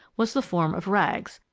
was the form of rags,